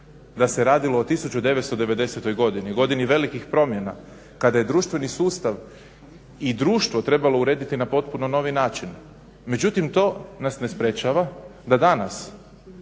da se radilo o 1990. godini, godini veliki promjena kada je društveni sustav i društvo trebalo urediti na potpuno novi način. Međutim, to nas ne sprječava da danas